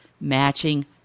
matching